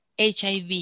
HIV